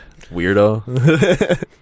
Weirdo